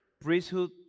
priesthood